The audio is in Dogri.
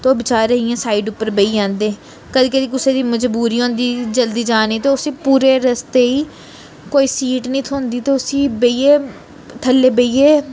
तो बेचारे इ'यां साइड उप्पर बेही जंदे कदें कदें कुसै दी मजबूरी होंदी जल्दी जाने दी ते उसी पूरे रस्ते ही कोई सीट नी थ्होंदी ते उसी बेहियै थल्लै बेहियै